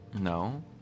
No